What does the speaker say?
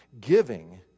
Giving